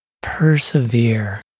persevere